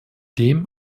dem